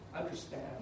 understand